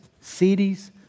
cities